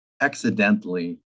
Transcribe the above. accidentally